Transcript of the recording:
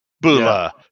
Bula